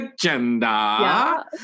agenda